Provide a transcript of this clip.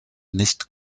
nicht